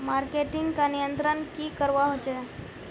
Marketing का नियंत्रण की करवा होचे?